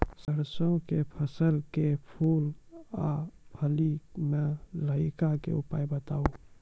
सरसों के फसल के फूल आ फली मे लाहीक के उपाय बताऊ?